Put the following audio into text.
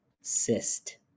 cyst